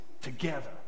together